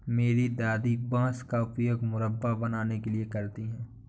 मेरी दादी बांस का उपयोग मुरब्बा बनाने के लिए करती हैं